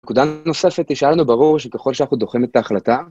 נקודה נוספת יישאר לנו בראש ככל שאנחנו דוחים את ההחלטה.